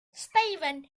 steven